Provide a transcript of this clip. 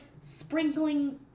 sprinkling